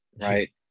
right